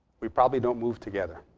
we probably don't move together.